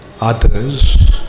others